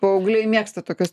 paaugliai mėgsta tokius